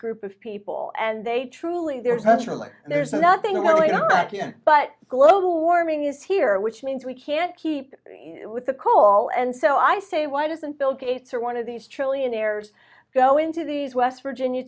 group of people and they truly there's actually there's nothing really but global warming is here which means we can't keep with the cool and so i say why doesn't bill gates or one of these trillion heirs go into these west virginia